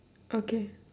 okay